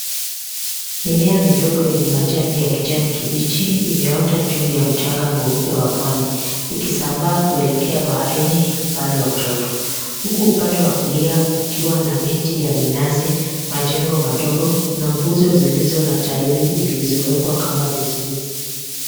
Mimea midogo ya kijani kibichi imeota ju ya mchanga mweupe wa pwani ikisambaa kuelekea baharini upande wa kushoto huku upande wa kulia ukiwa na miti ya minazi, majengo madogo na nguzo zilizo na tairi zilizowekwa kama vizuizi.